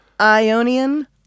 Ionian